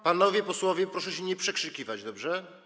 Panowie posłowie, proszę się nie przekrzykiwać, dobrze?